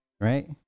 Right